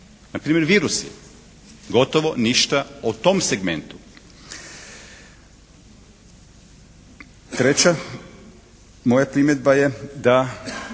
npr. virusi, gotovo ništa o tom segmentu.